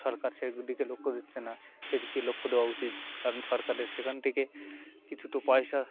সরকার সে দিকে লক্ষ্য দিচ্ছে না সেদিকে লক্ষ্য দেওয়া উচিত কারণ সরকারের সেখান থেকে কিছু তো পয়সা